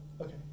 Okay